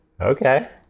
okay